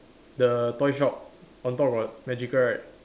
the toy shop on top got magical right